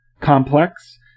complex